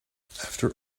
after